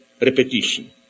repetition